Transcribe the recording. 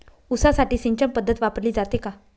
ऊसासाठी सिंचन पद्धत वापरली जाते का?